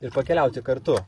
ir pakeliauti kartu